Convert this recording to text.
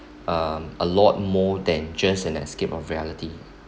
um a lot more than just an escape of reality